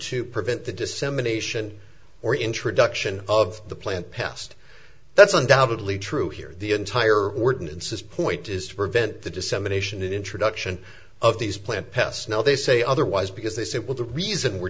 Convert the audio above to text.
to prevent the dissemination or introduction of the plant passed that's undoubtedly true here the entire ordinances point is to prevent the dissemination introduction of these plant pests no they say otherwise because they said well the reason we're